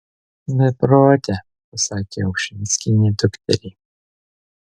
beprote pasakė ušinskienė dukteriai